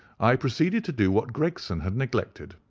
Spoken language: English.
i proceeded to do what gregson had neglected.